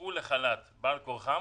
הוצאו לחל"ת בעל כורחם